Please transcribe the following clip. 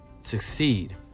succeed